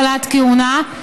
כהונה,